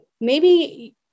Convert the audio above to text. Maybe-